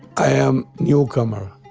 i am newcomer.